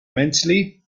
mentally